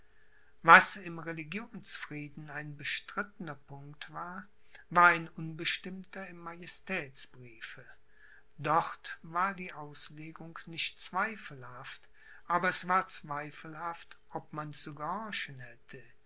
was im religionsfrieden ein bestrittener punkt war war ein unbestimmter im majestätsbriefe dort war die auslegung nicht zweifelhaft aber es war zweifelhaft ob man zu gehorchen hätte